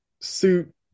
suit